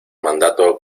mandato